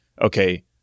okay